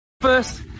First